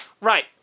Right